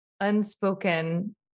unspoken